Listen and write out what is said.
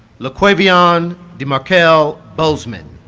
la'quayvion demarkel bozeman